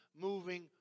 moving